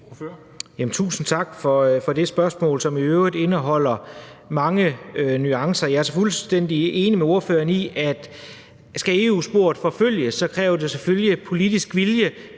Tusind tak for det spørgsmål, som i øvrigt indeholder mange nuancer. Jeg er fuldstændig enig med ordføreren i, at skal EU-sporet forfølges, kræver det selvfølgelig politisk vilje,